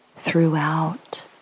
throughout